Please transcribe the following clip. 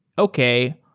okay.